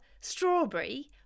strawberry